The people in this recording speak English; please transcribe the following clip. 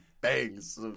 bangs